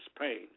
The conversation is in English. pain